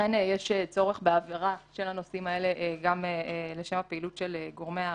ולכן יש צורך בעבירה של הנושאים האלה גם לשם הפעילות של גורמי האכיפה,